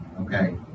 Okay